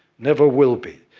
never will be.